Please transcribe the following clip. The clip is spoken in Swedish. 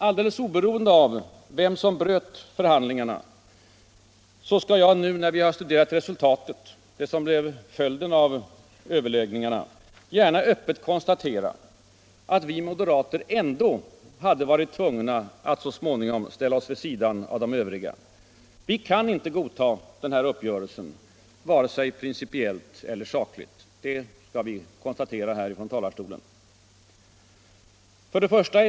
Alldeles oberoende av vem som bröt förhandlingarna skall jag, när vi nu har studerat det resultat som blev följden av uppgörelsen, gärna öppet bekräfta att vi moderater ändå hade varit tvungna att så småningom ställa oss vid sidan av de övriga. Vi kan inte godta uppgörelsen vare sig principiellt eller sakligt. Det vill jag konstatera från denna talarstol.